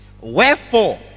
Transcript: Wherefore